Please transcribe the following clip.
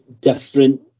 different